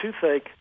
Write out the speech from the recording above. toothache